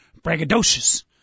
Braggadocious